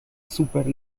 súper